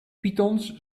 pythons